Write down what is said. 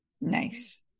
Nice